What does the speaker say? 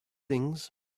things